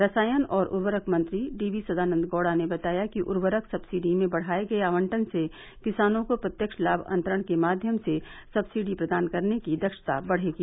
रसायन और उर्वरक मंत्री डी वी सदानंद गौड़ा ने बताया कि उर्वरक सब्सिडी में बढ़ाए गए आवंटन से किसानों को प्रत्यक्ष लाभ अंतरण के माध्यम से सब्सिडी प्रदान करने की दक्षता बढेगी